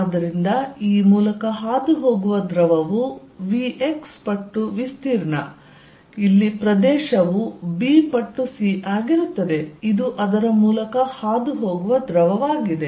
ಆದ್ದರಿಂದ ಈ ಮೂಲಕ ಹಾದುಹೋಗುವ ದ್ರವವು vx ಪಟ್ಟು ವಿಸ್ತೀರ್ಣ ಇಲ್ಲಿ ಪ್ರದೇಶವು b ಪಟ್ಟು c ಆಗಿರುತ್ತದೆ ಇದು ಅದರ ಮೂಲಕ ಹಾದುಹೋಗುವ ದ್ರವವಾಗಿದೆ